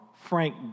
Frank